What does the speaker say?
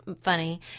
funny